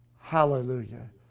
Hallelujah